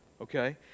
Okay